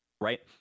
right